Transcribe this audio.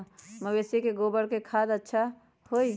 मवेसी के गोबर के खाद ज्यादा अच्छा होई?